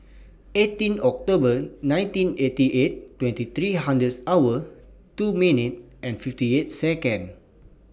eighteen October nineteen eighty eight twenty three hours two fifty minute eight Second